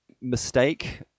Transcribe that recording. mistake